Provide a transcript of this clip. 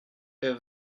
tes